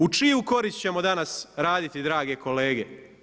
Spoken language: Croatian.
U čiju korist ćemo danas raditi drage kolege?